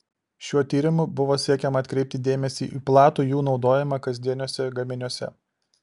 šiuo tyrimu buvo siekiama atkreipti dėmesį į platų jų naudojimą kasdieniuose gaminiuose